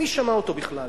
מי שמע אותו בכלל?